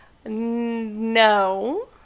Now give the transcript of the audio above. No